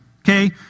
Okay